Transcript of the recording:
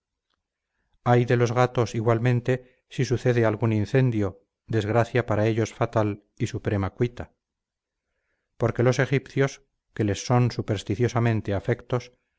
ay de los gatos igualmente si sucede algún incendio desgracia para ellos fatal y suprema cuita porque los egipcios que les son supersticiosamente afectos